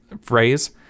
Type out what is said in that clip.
phrase